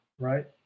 right